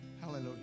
Hallelujah